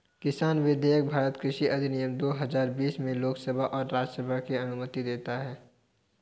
किसान विधेयक भारतीय कृषि अधिनियम दो हजार बीस में लोकसभा और राज्यसभा में अनुमोदित किया